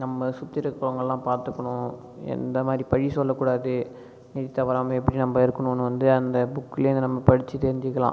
நம்ப சுற்றி இருக்கிறவங்களெல்லாம் பார்த்துக்கணும் எந்தமாதிரி பழி சொல்லக்கூடாது நீதி தவறாமல் எப்படி நம்ப இருக்கணும்னு வந்து அந்த புக்லேருந்து நம்ப படிச்சு தெரிஞ்சுக்கலாம்